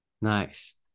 Nice